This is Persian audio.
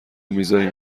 میذارین